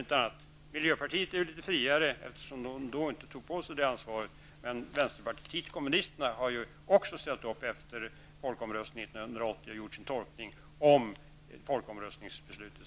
Miljöpartiet är litet friare eftersom det då inte tog på sig något ansvar. Men också vänsterpartiet har ställt upp efter folkomröstningen 1980 och gjort en tolkning av innebörden av folkomröstningsbeslutet.